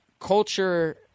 culture